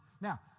Now